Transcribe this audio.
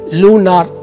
lunar